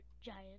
giant